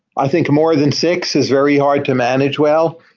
i think more than six is very hard to manage well,